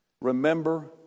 Remember